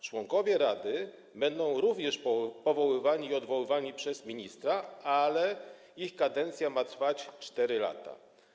Członkowie rady również będą powoływani i odwoływani przez ministra, ale ich kadencja ma trwać 4 lata.